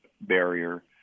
barrier